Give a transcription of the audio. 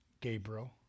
Gabriel